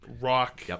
rock